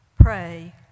pray